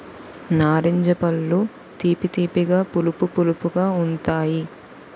నారింజ పళ్ళు తీపి తీపిగా పులుపు పులుపుగా ఉంతాయి